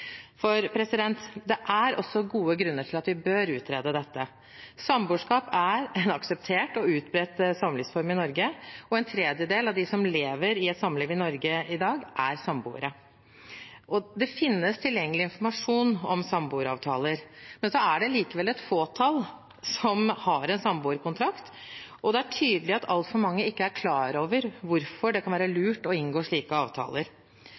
det er også gode grunner til at vi bør utrede dette. Samboerskap er en akseptert og utbredt samlivsform i Norge, og en tredjedel av dem som lever i et samliv i Norge i dag, er samboere. Det finnes tilgjengelig informasjon om samboeravtaler. Det er likevel et fåtall som har en samboerkontrakt, og det er tydelig at altfor mange ikke er klar over hvorfor det kan være lurt å inngå slike avtaler.